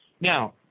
Now